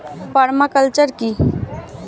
Parma culture কি?